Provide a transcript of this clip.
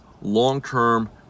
long-term